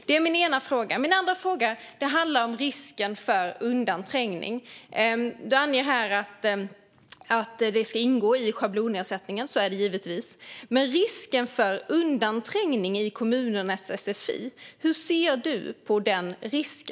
Det är min ena fråga. Min andra fråga handlar om risken för undanträngning. Du anger här att det ska ingå i schablonersättningen, och så är det givetvis. Men hur ser du på risken för undanträngning i kommunernas sfi?